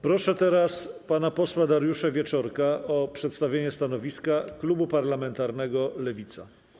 Proszę teraz pana posła Dariusza Wieczorka o przedstawienie stanowiska klubu parlamentarnego Lewica.